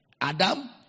Adam